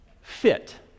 fit